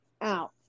out